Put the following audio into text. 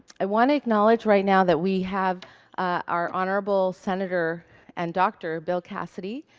i want to acknowledge right now that we have our honorable senator and doctor, bill cassidy,